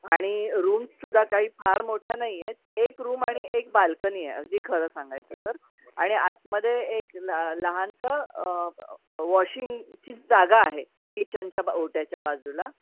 आणि रूमसुद्धा काही फार मोठ्या नाही आहेत एक रूम आणि एक बाल्कनी आहे अगदी खरं सांगायचं तर आणि आतमध्ये एक ल लहानसं वॉशिंगची जागा आहे किचनच्या ब ओट्याच्या बाजूला